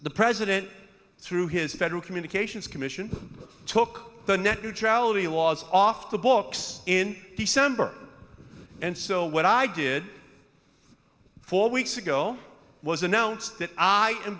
the president through his federal communications commission took the net neutrality laws off the books in december and so what i did four weeks ago was announced that i am